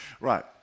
Right